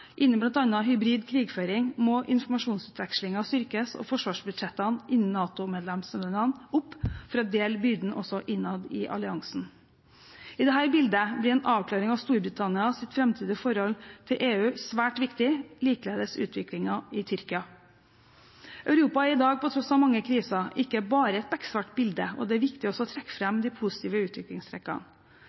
hybrid krigføring må informasjonsutvekslingen styrkes og forsvarsbudsjettene innen NATO-medlemslandene opp for å dele byrden også innad i alliansen. I dette bildet blir en avklaring av Storbritannias framtidige forhold til EU svært viktig – likeledes utviklingen i Tyrkia. Europa er i dag, til tross for mange kriser, ikke bare et beksvart bilde. Det er viktig å trekke fram også de positive utviklingstrekkene.